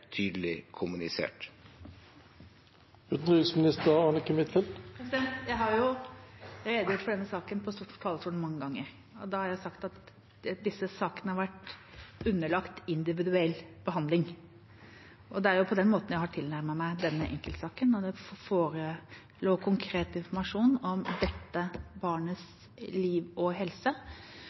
tydelig kommunisert. Jeg har redegjort for denne saken fra Stortingets talerstol mange ganger, og da har jeg sagt at disse sakene har vært underlagt individuell behandling. Det er på den måten jeg har tilnærmet meg denne enkeltsaken. Da det forelå konkret informasjon om dette barnets liv og helse,